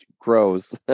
grows